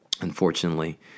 unfortunately